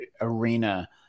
arena